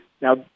Now